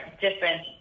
different